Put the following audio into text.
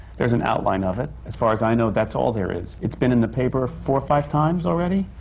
there's an outline of it. as far as i know, that's all there is. it's been in the paper four, five times already?